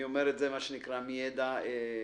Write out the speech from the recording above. אני אומר את זה מידע אישי.